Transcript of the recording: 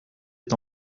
est